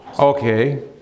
Okay